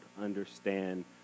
understand